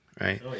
right